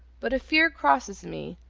but a fear crosses me,